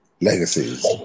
Legacies